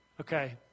Okay